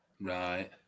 right